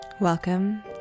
Welcome